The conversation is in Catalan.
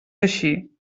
així